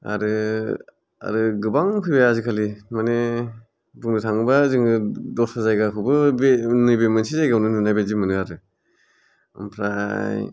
आरो आरो गोबां फैबाय आजिखालि माने बुंनो थाङोबा जोङो दस्रा जायगाखौबो बे नैबे मोनसे जायगायावनो नुनाय बादि मोनो आरो ओमफ्राय